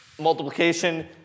multiplication